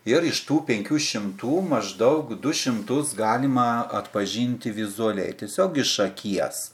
ir iš tų penkių šimtų maždaug du šimtus galima atpažinti vizualiai tiesiog iš akies